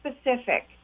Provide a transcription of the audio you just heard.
specific